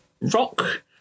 rock